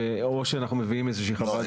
או שאנחנו מביאים איזה שהיא --- לא,